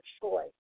choice